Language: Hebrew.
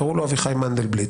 קראו לו אביחי מנדלבליט.